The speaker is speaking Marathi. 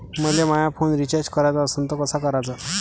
मले माया फोन रिचार्ज कराचा असन तर कसा कराचा?